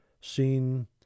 seen